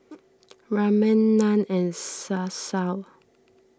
Ramen Naan and Salsa